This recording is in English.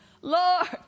Lord